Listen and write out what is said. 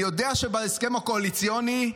אני יודע שבהסכם הקואליציוני,